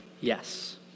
Yes